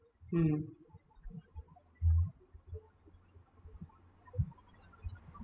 mm